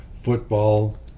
football